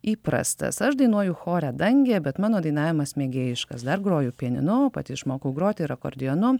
įprastas aš dainuoju chore dangė bet mano dainavimas mėgėjiškas dar groju pianinu pati išmokau groti ir akordeonu